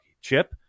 chip